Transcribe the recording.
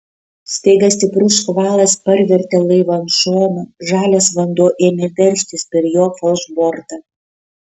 staiga stiprus škvalas parvertė laivą ant šono žalias vanduo ėmė veržtis per jo falšbortą